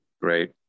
Great